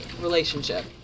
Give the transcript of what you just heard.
relationship